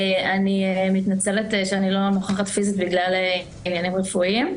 אני מתנצלת שאני לא נוכחת פיזית בגלל עניינים רפואיים.